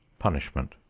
punishment.